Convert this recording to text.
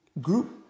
group